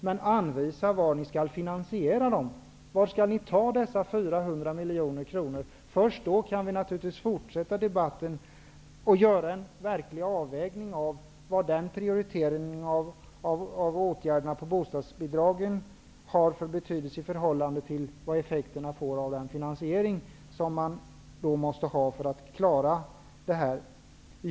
Men anvisa finansieringen! Först när vi vet varifrån de 400 miljoner kronorna kan tas kan vi fortsätta debatten. Då kan vi göra en verklig avvägning av vad prioriteringen av åtgärderna för bostadsbidragen har för betydelse i förhållande till effekterna av den finansiering som man måste ha för att klara den.